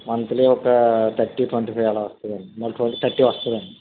monthly ఒక thirty twenty five ఆలా వస్తాయి అండి ట్వంటీ థర్టీ వస్తుంది అండి